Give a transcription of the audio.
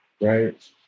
right